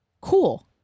cool